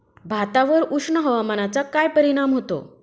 भातावर उष्ण हवामानाचा काय परिणाम होतो?